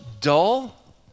dull